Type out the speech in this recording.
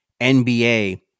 NBA